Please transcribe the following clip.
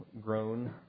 grown